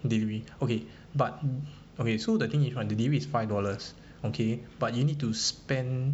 delivery okay but okay so the thing is delivery is five dollars okay but you need to spend